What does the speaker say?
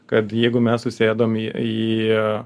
kad jeigu mes susėdom į